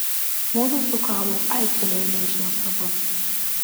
mudu su kalu aiktelėjome iš nuostabos